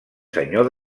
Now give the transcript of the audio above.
senyor